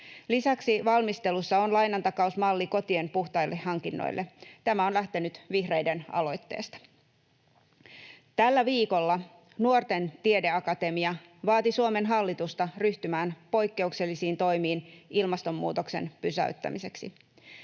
Lisäksi valmistelussa on lainantakausmalli kotien puhtaille hankinnoille. Tämä on lähtenyt vihreiden aloitteesta. Tällä viikolla Nuorten Tiedeakatemia vaati Suomen hallitusta ryhtymään poikkeuksellisiin toimiin ilmastonmuutoksen pysäyttämiseksi.